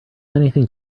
anything